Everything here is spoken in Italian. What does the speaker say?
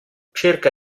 cerca